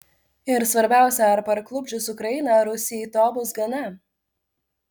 ir svarbiausia ar parklupdžius ukrainą rusijai to bus gana